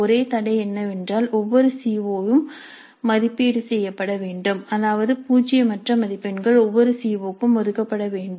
ஒரே தடை என்னவென்றால் ஒவ்வொரு சி ஓ யும் மதிப்பீடு செய்யப்பட வேண்டும் அதாவது பூஜ்ஜியமற்ற மதிப்பெண்கள் ஒவ்வொரு சி ஓ க்கும் ஒதுக்கப்பட வேண்டும்